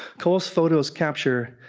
cole's photos capture,